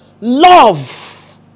Love